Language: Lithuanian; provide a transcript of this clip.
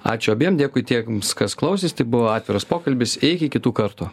ačiū abiem dėkui tiems kas klausėsi tai buvo atviras pokalbis iki kitų kartų